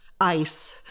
ice